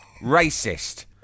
racist